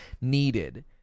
needed